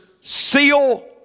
seal